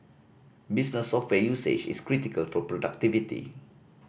business software usage is critical for productivity